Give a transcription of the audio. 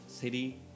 City